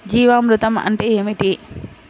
జీవామృతం అంటే ఏమిటి?